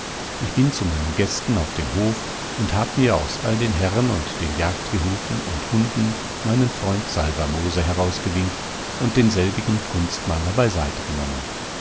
ich bin zu meinen gästen auf den hof und hab mir aus all den herren und den jagdgehilfen und hunden meinen freund salvermoser herausgewinkt und denselbigen kunstmaler beiseite genommen